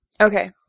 Okay